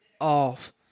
off